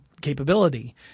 capability